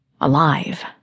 alive